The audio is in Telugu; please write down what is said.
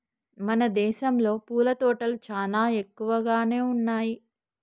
మన దేసంలో పూల తోటలు చానా ఎక్కువగానే ఉన్నయ్యి